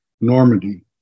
Normandy